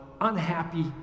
unhappy